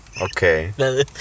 Okay